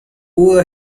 pudo